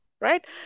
Right